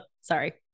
sorry